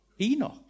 Enoch